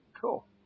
Cool